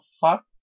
fuck